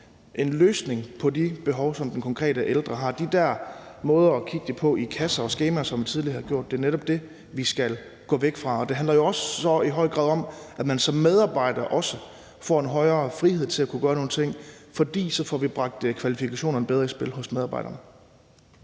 en løsning på de behov, som de ældre konkret har – de der måder at kigge på det på i kasser og skemaer, som man tidligere har gjort, er netop det, vi skal gå væk fra. Og det handler jo også i høj grad om, at man som medarbejder får en større frihed til at kunne gøre nogle ting, for så får vi bragt kvalifikationerne bedre i spil hos medarbejderne.